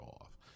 off